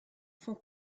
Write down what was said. font